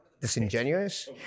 disingenuous